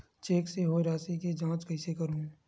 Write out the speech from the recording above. Cheque से होए राशि के जांच कइसे करहु?